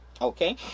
Okay